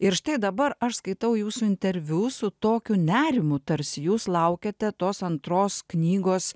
ir štai dabar aš skaitau jūsų interviu su tokiu nerimu tarsi jūs laukiate tos antros knygos